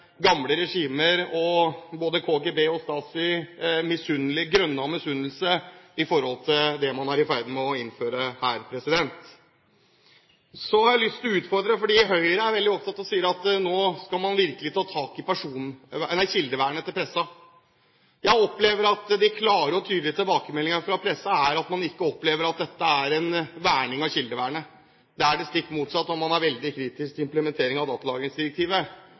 gamle regimer – både KGB og Stasi – grønne av misunnelse i forhold til det man er i ferd med å innføre her. Så har jeg lyst til å utfordre Høyre, fordi de er veldig opptatt av, og sier at nå skal man virkelig ta tak i, pressens kildevern. Jeg opplever at de klare og tydelige tilbakemeldingene fra pressen er at man ikke opplever at dette er et kildevern. Det er det stikk motsatte, og man er veldig kritisk til implementering av datalagringsdirektivet.